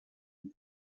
zum